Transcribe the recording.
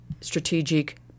strategic